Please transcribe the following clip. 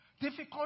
Difficult